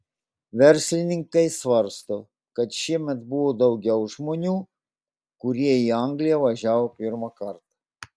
verslininkai svarsto kad šiemet buvo daugiau žmonių kurie į angliją važiavo pirmą kartą